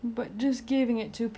self amazing ya